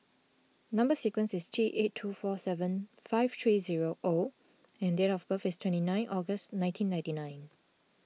Number Sequence is T eight two four seven five three zero O and date of birth is twenty nine August nineteen ninety nine